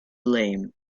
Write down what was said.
lame